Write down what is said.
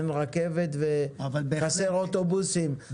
אין רכבת וחסרים אוטובוסים,